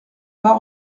pas